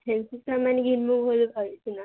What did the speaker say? ସେଇଠି ତାମାନେ କିଣିଲୁ ବୋଲି କହିଥିଲ